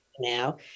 now